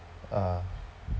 ah